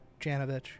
Janovich